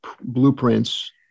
blueprints